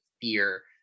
fear